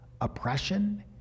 oppression